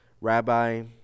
Rabbi